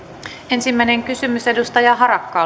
ensimmäinen kysymys edustaja harakka